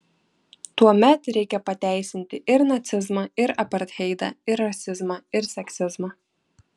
tuomet reikia pateisinti ir nacizmą ir apartheidą ir rasizmą ir seksizmą